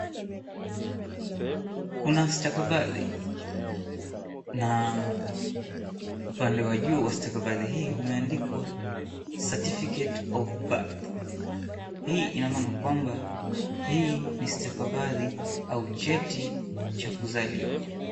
Kuna stakabadhi na upande wa juu wa stakabadhi hii umeandikwa; Certificate Of Birth , hii ina maana ya kwamba hii ni stakabadhi au cheti cha kuzaliwa.